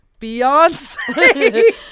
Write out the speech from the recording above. Beyonce